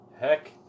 Heck